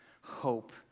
hope